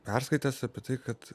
perskaitęs apie tai kad